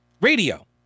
radio